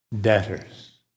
debtors